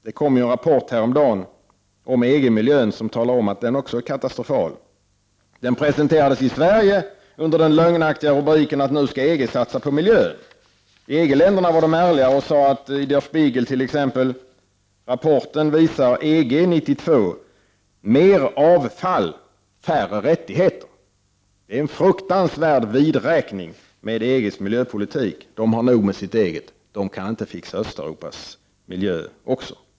Det kom häromdagen en rapport om EG-miljön, som talar om att den också är katastrofal. Denna rapport presenterades i Sverige under den lögnaktiga rubriken att ”nu skall EG satsa på miljön”. I EG-länderna var man ärligare och sade, t.ex. i Der Spiegel, att rapporten visar att det i EG 1992 blir mer avfall och färre rättigheter. Det är en fruktansvärd vidräkning med EG:s miljöpolitik. EG har nog med sitt eget och kan inte fixa Östeuropas miljö också.